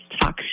talk